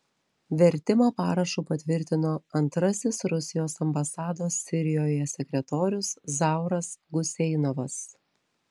vertimą parašu patvirtino antrasis rusijos ambasados sirijoje sekretorius zauras guseinovas